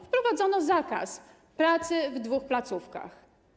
Wprowadzono zakaz pracy w dwóch placówkach.